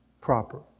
proper